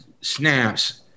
snaps